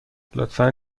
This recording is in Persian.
لطفا